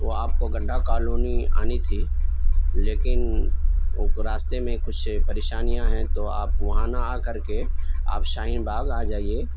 وہ آپ کو گڈھا کالونی آنی تھی لیکن وہ راستے میں کچھ پریشانیاں ہیں تو آپ وہاں نہ آ کر کے آپ شاہین باغ آ جائیے